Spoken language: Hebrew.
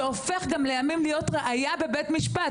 שהופך גם לימים להיות ראיה בבית משפט,